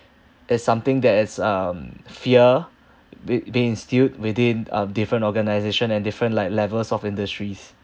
is something that is um fear be be instilled within um different organisation and different like levels of industries